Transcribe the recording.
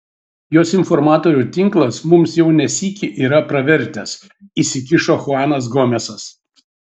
jos informatorių tinklas mums jau ne sykį yra pravertęs įsikišo chuanas gomesas